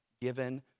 given